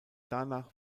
danach